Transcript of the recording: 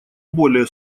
более